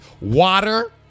Water